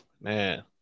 Man